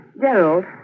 Gerald